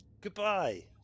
Goodbye